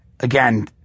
Again